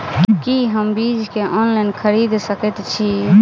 की हम बीज केँ ऑनलाइन खरीदै सकैत छी?